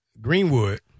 Greenwood